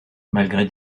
malgré